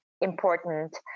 important